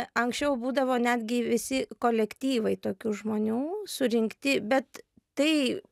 anksčiau būdavo netgi visi kolektyvai tokių žmonių surinkti bet tai